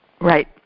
right